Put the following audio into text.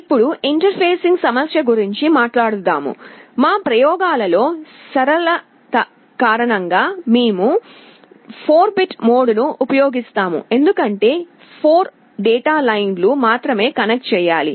ఇప్పుడు ఇంటర్ఫేసింగ్ సమస్య గురించి మాట్లాడుతున్నారు మా ప్రయోగాలలో సరళత కారణంగా మేము 4 బిట్ మోడ్ను ఉపయోగిస్తాము ఎందుకంటే 4 డేటా లైన్లను మాత్రమే కనెక్ట్ చేయాలి